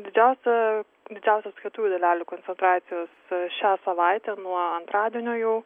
didžiausia didžiausios kietųjų dalelių koncentracijos šią savaitę nuo antradienio jau